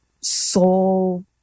soul